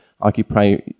occupy